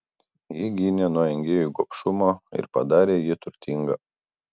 ji gynė nuo engėjų gobšumo ir padarė jį turtingą